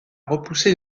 repousser